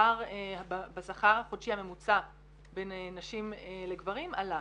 הפער בשכר החודשי הממוצע בין נשים עלה.